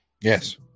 Yes